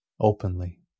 openly